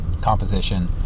composition